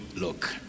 look